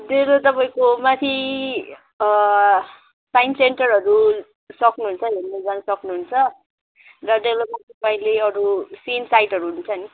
डेलो तपाईँको माथि साइन्स सेन्टरहरू सक्नुहुन्छ नि घुम्नु जानु सक्नुहुन्छ र डेलोमा तपाईँले अरू सिन साइटहरू हुन्छ नि